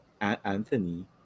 Anthony